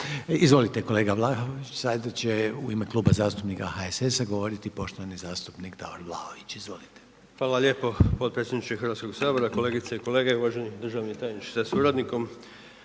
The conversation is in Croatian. Izvolite kolega Vlaović. Sada će u ime Kluba zastupnika HSS-a govoriti poštovani zastupnik Davor Vlaović. Izvolite. **Vlaović, Davor (HSS)** Hvala lijepo potpredsjedniče Hrvatskoga sabora. Kolegice i kolege, uvaženi državni tajniče sa suradnikom.